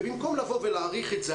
במקום לבוא ולהעריך את זה,